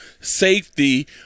safety